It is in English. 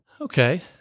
Okay